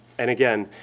and again,